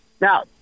Now